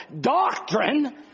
doctrine